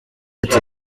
ati